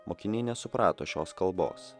mokiniai nesuprato šios kalbos